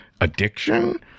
addiction